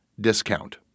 discount